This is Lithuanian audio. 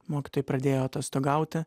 mokytojai pradėjo atostogauti